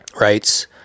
writes